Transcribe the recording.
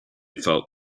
felt